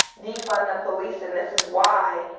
defund the police and this is why,